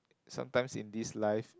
sometimes in this life